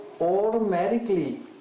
automatically